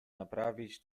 naprawić